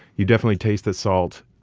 you definitely taste the salt.